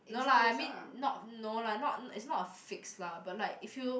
no lah I mean not no lah not is not a fix lah but like if you